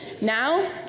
Now